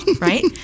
right